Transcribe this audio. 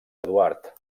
eduard